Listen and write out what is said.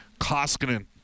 Koskinen